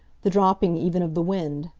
the dropping even of the wind,